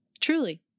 Truly